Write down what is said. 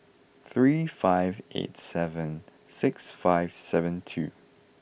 three five eight seven six five seven two